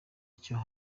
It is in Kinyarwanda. icyo